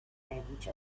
language